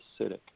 acidic